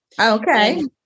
Okay